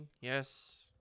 Yes